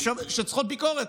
שצריכות ביקורת.